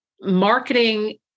marketing